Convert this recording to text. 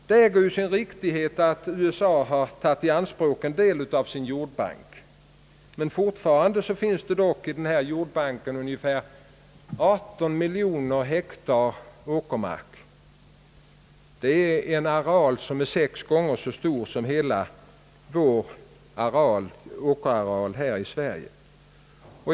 Det äger sin riktighet att USA har tagit i anspråk en del av sin jordbank, men fortfarande finns det dock i denna jordbank ungefär 18 miljoner hektar åkermark. Det är en areal som är sex gånger så stor som hela vår åkerareal.